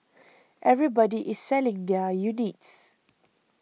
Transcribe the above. everybody is selling their units